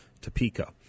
Topeka